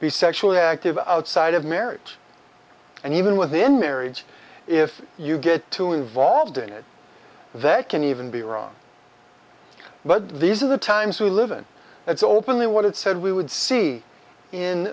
be sexually active outside of marriage and even within marriage if you get too involved in it that can even be wrong but these are the times we live in it's openly what it said we would see in